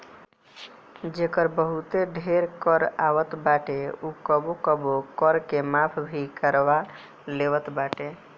जेकर बहुते ढेर कर आवत बाटे उ कबो कबो कर के माफ़ भी करवा लेवत बाटे